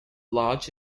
loch